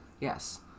Yes